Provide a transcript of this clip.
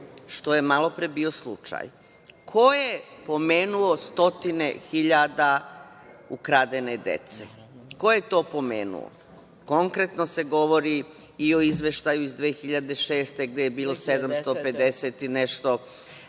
što je malopre bio slučaj. Ko je pomenuo stotine hiljada ukradene dece, ko je to pomenuo? Konkretno se govori i o Izveštaju iz 2006. godine, gde je bilo 750 i nešto